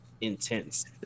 intense